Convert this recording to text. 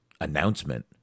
announcement